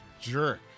jerk